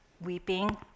weeping